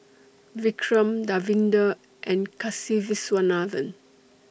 Vikram Davinder and Kasiviswanathan